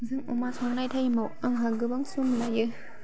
जों अमा संनाय टाइमाव आंहा गोबां सम लायो